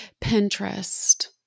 Pinterest